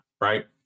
right